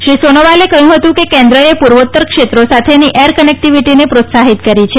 શ્રી સોનોવાલે કહ્યું કે કેન્દ્રેએ પૂર્વોતર ક્ષેત્રો સાથેની એર કનેક્ટીવીટીને પ્રોત્સાહિત કરી છે